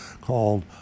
called